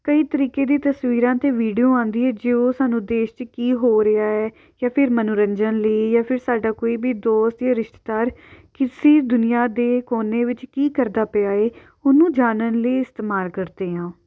ਕਈ ਤਰੀਕੇ ਦੀ ਤਸਵੀਰਾਂ ਅਤੇ ਵੀਡੀਓ ਆਉਂਦੀ ਹੈ ਜੋ ਉਹ ਸਾਨੂੰ ਦੇਸ਼ 'ਚ ਕੀ ਹੋ ਰਿਹਾ ਹੈ ਜਾਂ ਫਿਰ ਮਨੋਰੰਜਨ ਲਈ ਜਾਂ ਫਿਰ ਸਾਡਾ ਕੋਈ ਵੀ ਦੋਸਤ ਜਾਂ ਰਿਸ਼ਤੇਦਾਰ ਕਿਸੇ ਦੁਨੀਆਂ ਦੇ ਕੋਨੇ ਵਿੱਚ ਕੀ ਕਰਦਾ ਪਿਆ ਏ ਉਹਨੂੰ ਜਾਣਨ ਲਈ ਇਸਤੇਮਾਲ ਕਰਦੇ ਹਾਂ